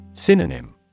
Synonym